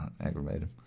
aggravated